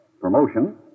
promotion